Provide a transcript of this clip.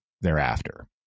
thereafter